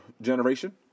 generation